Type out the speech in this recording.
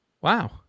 Wow